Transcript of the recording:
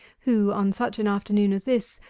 who, on such an afternoon as this,